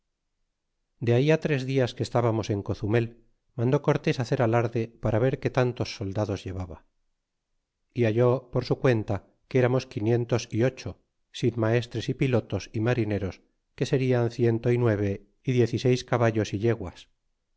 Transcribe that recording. de ahí tres dias que estábamos en cozumel mandó cortés hacer alarde para ver que tantos soldados llevaba y halló por su cuenta que éramos quinientos y ocho sin maestres y pilotos y marineros que serian ciento y nueve y diez y seis caballos é yeguas